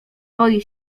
boi